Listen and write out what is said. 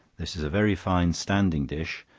this is a very fine standing dish,